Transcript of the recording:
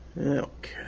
Okay